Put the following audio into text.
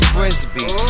Frisbee